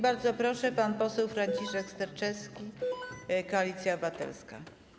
Bardzo proszę, pan poseł Franciszek Sterczewski, Koalicja Obywatelska.